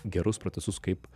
gerus procesus kaip